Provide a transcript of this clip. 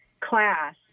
class